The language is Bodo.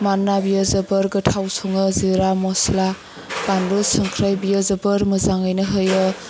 मानोना बियो जोबोर गोथाव सङो जिरा मस्ला बानलु संख्रै बियो जोबोद मोजाङैनो होयो